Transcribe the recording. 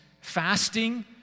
fasting